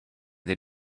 they